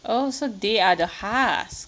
oh so they are the husk